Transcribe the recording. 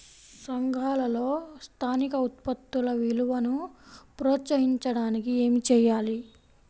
సంఘాలలో స్థానిక ఉత్పత్తుల విలువను ప్రోత్సహించడానికి ఏమి చేయాలి?